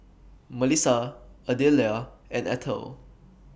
Melissa Adelia and Ethel